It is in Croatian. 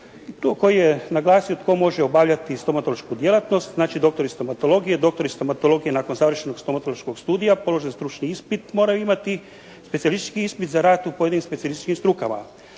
koji je naglasio tko može obavljati stomatološku djelatnost. Znači doktori stomatologije, doktori stomatologije nakon završenog stomatološkog studija, položen stručni ispit moraju imati. Specijalistički ispit za rad u pojedinim specijalističkim strukama